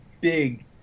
big